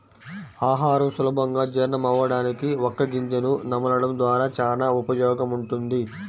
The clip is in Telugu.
ఆహారం సులభంగా జీర్ణమవ్వడానికి వక్క గింజను నమలడం ద్వారా చానా ఉపయోగముంటది